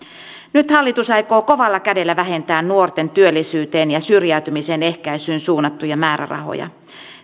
nyt hallitus aikoo kovalla kädellä vähentää nuorten työllisyyteen ja syrjäytymisen ehkäisyyn suunnattuja määrärahoja